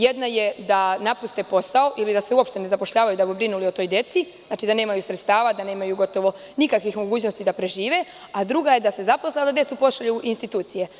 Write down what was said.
Jedna je da napuste posao ili da se uopšte ne zapošljavaju da bi brinuli o toj deci, dakle, da nemaju sredstava, da nemaju gotovo nikakvih mogućnosti da prežive, a druga je da se zaposle, a da decu pošalju u institucije.